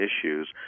issues